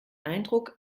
eindruck